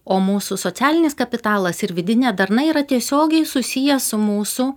o mūsų socialinis kapitalas ir vidinė darna yra tiesiogiai susiję su mūsų